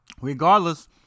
regardless